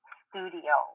studio